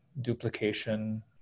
duplication